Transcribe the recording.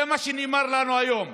זה מה שנאמר לנו היום.